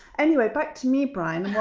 anyway, back to me, brian!